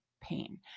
pain